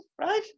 right